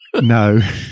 No